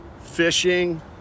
fishing